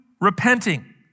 repenting